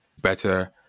better